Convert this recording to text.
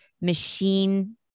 machine